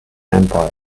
empire